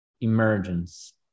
emergence